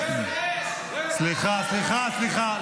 והחוצפה שלו, סליחה, סליחה.